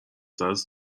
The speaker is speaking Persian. ترس